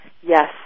Yes